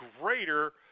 greater